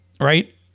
right